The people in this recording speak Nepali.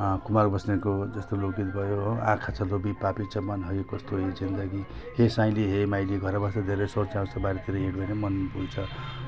कुमार बस्नेतको जस्तो लोकगीत भयो आँखा छ लोभी पापी छ मन है कस्तो यो जिन्दगी हे साइँली हे माइँली घर बस्दा धेरै स्वर चिहाउँछ बाहिर हिँड्दा मन भुल्छ